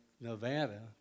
Nevada